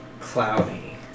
cloudy